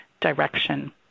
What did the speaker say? direction